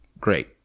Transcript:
great